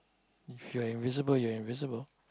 if you're invisible you're invisible